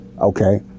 Okay